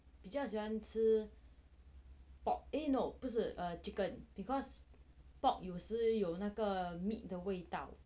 比较喜欢吃 pork eh no 不是 chicken because pork 有时有那个 meat 的味道